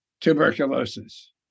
tuberculosis